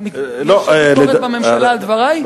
יש ביקורת בממשלה על דברי?